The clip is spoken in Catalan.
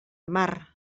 mar